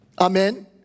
Amen